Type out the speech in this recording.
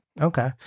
Okay